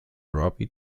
robbie